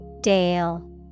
Dale